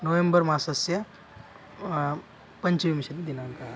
November मासस्य पञ्चविंशतिदिनाङ्कः